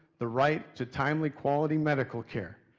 the right to timely quality medical care.